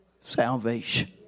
salvation